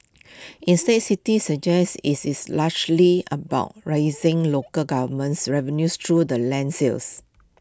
instead city suggest IT is largely about raising local governments revenues through the land sales